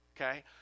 okay